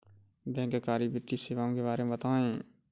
बैंककारी वित्तीय सेवाओं के बारे में बताएँ?